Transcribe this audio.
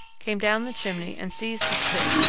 came down the chimney and seized the spit,